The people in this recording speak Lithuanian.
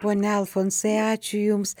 pone alfonsai ačiū jums